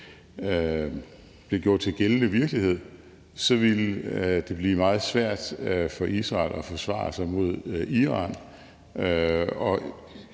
blev gjort til gældende virkelighed, ville det blive meget svært for Israel at forsvare sig mod Iran,